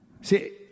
See